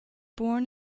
born